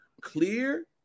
clear